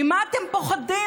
ממה אתם פוחדים?